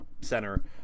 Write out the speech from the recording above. center